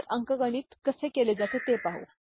तर अंकगणित कसे केले जाते ते पाहू